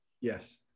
Yes